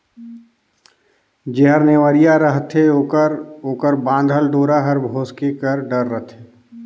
जेहर नेवरिया रहथे ओकर ओकर बाधल डोरा हर भोसके कर डर रहथे